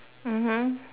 mmhmm